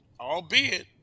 albeit